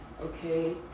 okay